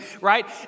right